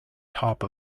top